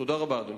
תודה רבה, אדוני.